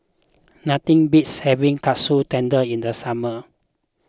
nothing beats having Katsu Tendon in the summer